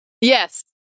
Yes